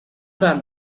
than